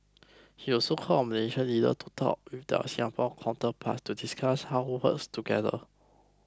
he also called on Malaysian leaders to talk with their Singaporean counterparts to discuss how us together